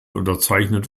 unterzeichnet